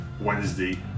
Wednesday